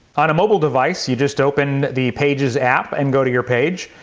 on a mobile device you just open the pages app and go to your page,